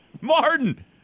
Martin